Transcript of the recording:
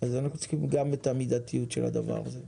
אז אנחנו צריכים גם את המידתיות של הדבר הזה.